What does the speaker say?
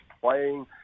playing